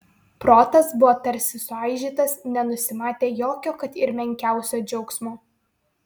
protas buvo tarsi suaižytas nenusimatė jokio kad ir menkiausio džiaugsmo